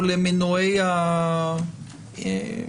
או למנועי ההרכשה,